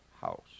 house